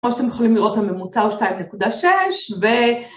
כמו שאתם יכולים לראות הממוצע הוא 2.6